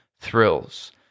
thrills